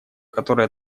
которое